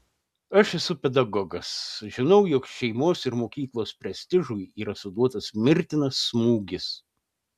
aš esu pedagogas žinau jog šeimos ir mokyklos prestižui yra suduotas mirtinas smūgis